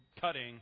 cutting